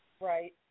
right